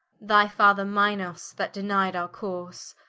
thy father minos, that deni'de our course,